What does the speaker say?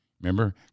Remember